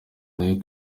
nayo